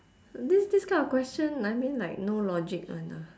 this this kind of question I mean like no logic [one] ah